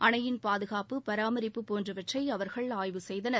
அணையின் பாதுகாப்பு பராமரிப்பு போன்றவற்றை அவர்கள் ஆய்வு செய்தனர்